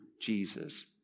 Jesus